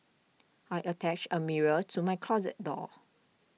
I attached a mirror to my closet door